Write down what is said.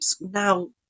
now